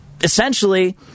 essentially